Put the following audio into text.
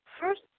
first